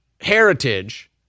heritage